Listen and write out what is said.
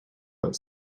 but